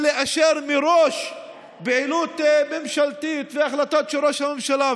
לאשר מראש פעילות ממשלתית והחלטות של ראש הממשלה,